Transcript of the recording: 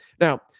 Now